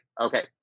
okay